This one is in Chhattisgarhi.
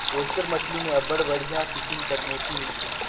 ओइस्टर मछरी में अब्बड़ बड़िहा किसिम कर मोती मिलथे